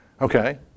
Okay